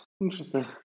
Interesting